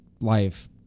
life